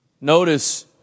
notice